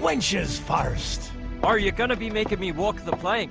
wenches first are you gonna be making me walk the plank